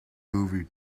movie